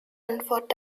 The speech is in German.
antwort